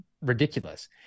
ridiculous